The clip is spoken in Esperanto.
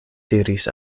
diris